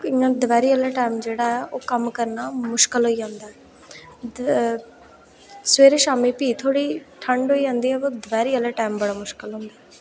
इं'या दपैह्री आह्ला टाईम जेह्ड़ा ऐ ओह् कम्म करना मुश्कल होई जंदा ऐ सवेरै शामीं भी थोह्ड़ी ठंड होई जंदी ऐ पर दपैह्रीं आह्ला टाईम बड़ा मुशकल होंदा